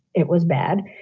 it was bad.